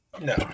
No